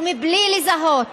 מבלי לזהות